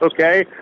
okay